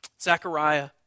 Zechariah